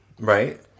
Right